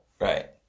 Right